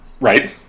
right